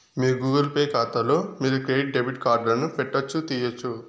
మీ Google Pay కాతాలో మీరు మీ క్రెడిట్ డెబిట్ కార్డులను పెట్టొచ్చు, తీయొచ్చు